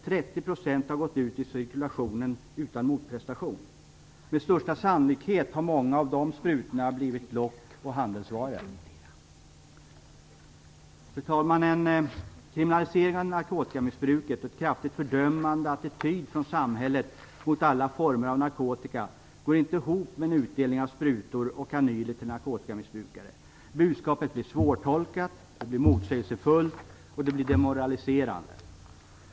30 % har gått ut i cirkulationen utan motprestation! Med största sannolikhet har många av de sprutorna blivit lock och handelsvaror. Fru talman! En kriminalisering av narkotikamissbruket och en kraftigt fördömande attityd från samhället mot alla former av narkotika går inte ihop med utdelning av sprutor och kanyler till narkotikamissbrukare. Budskapet blir svårtolkat, motsägelsefullt och demoraliserande.